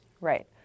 Right